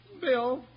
Bill